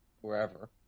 wherever